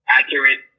accurate